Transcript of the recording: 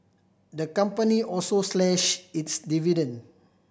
the company also slashed its dividend